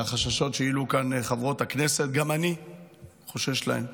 החששות שהעלו כאן חברות הכנסת, גם אני חושש להם.